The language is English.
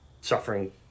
suffering